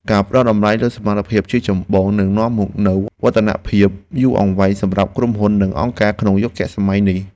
ការផ្តល់តម្លៃលើសមត្ថភាពជាចម្បងនឹងនាំមកនូវវឌ្ឍនភាពយូរអង្វែងសម្រាប់ក្រុមហ៊ុន និងអង្គភាពក្នុងយុគសម័យថ្មីនេះ។